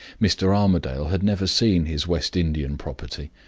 mr. armadale had never seen his west indian property.